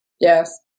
yes